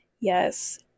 Yes